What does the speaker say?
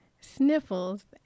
sniffles